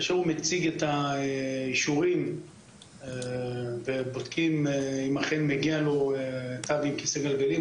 כשהוא מציג את האישורים בודקים אם אכן מגיע לו תו עם כיסא גלגלים,